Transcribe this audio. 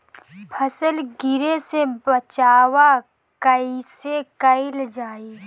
फसल गिरे से बचावा कैईसे कईल जाई?